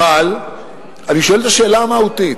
אבל אני שואל את השאלה המהותית: